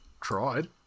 tried